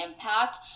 impact